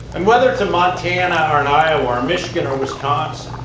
and whether it's in montana or in iowa or michigan or wisconsin,